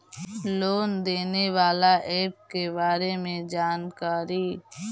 Loan देने बाला app के बारे मे जानकारी?